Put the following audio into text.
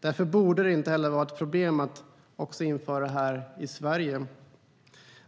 Därför borde det inte vara ett problem att införa detta också här i Sverige.